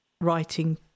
writing